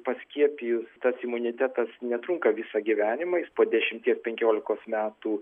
paskiepijus tas imunitetas netrunka visą gyvenimą jis po dešimties penkiolikos metų